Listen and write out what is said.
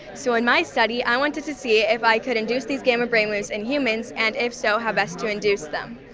so in my study i wanted to see if i could induce these gamma brainwaves in humans and if so how best to induce them.